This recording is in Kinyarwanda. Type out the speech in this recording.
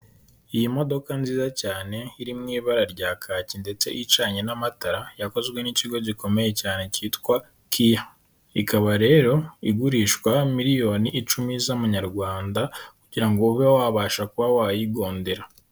Iyi modoka nziza cyane iri mu ibara rya kaki ndetse icanye n'amatara, yakozwe n'ikigo gikomeye cyane kitwa KIA, ikaba rero igurishwa miliyoni icumi z'amanyarwanda kugira ngo ube wabasha kuba wayigondera.